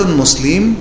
muslim